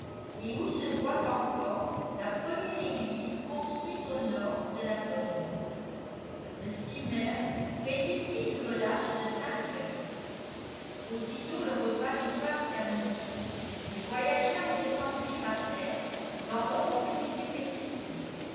et où se voit encore la première église construite au nord de la floride le steamer fait ici une relâche de cinq heures aussitôt le repas du soir terminé les voyageurs descendirent à terre dans l'ombre qui